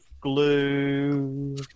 glue